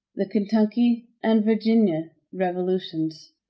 the kentucky and virginia resolutions.